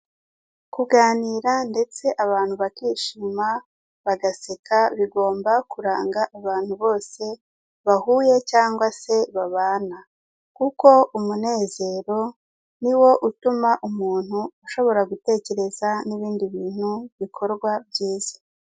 Kuganira ndetse abantu bakishima bagaseka bigomba kuranga abantu bose bahuye cyangwa se babana, kuko umunezero niwo utuma umuntu ashobora gutekereza n'ibindi bintu bikorwa byiza.